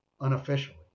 unofficially